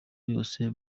yose